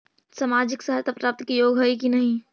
सामाजिक सहायता प्राप्त के योग्य हई कि नहीं?